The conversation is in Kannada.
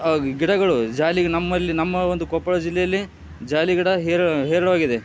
ಹಾಗೂ ಗಿಡಗಳು ಜಾಲಿ ಗ್ ನಮ್ಮಲ್ಲಿ ನಮ್ಮ ಒಂದು ಕೊಪ್ಪಳ ಜಿಲ್ಲೆಯಲ್ಲಿ ಜಾಲಿಗಿಡ ಹೇರ ಹೇರಳವಾಗಿದೆ